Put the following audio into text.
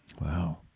Wow